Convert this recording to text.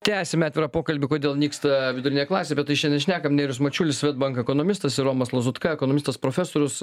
tęsiam atvirą pokalbį kodėl nyksta vidurinė klasė apie tai šiandien šnekam nerijus mačiulis swedbank ekonomistas ir romas lazutka ekonomistas profesorius